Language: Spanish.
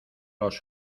los